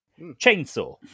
Chainsaw